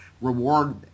reward